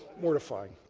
mortifying.